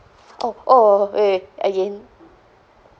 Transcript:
oh oh oh oh wait wait again